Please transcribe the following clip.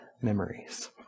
memories